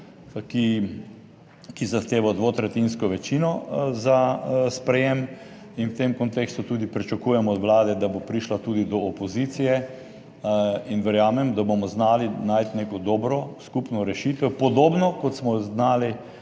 ki zahteva dvotretjinsko večino za sprejem in v tem kontekstu tudi pričakujem od Vlade, da bo prišla tudi do opozicije. In verjamem, da bomo znali najti neko dobro skupno rešitev, podobno kot smo jo znali